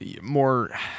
more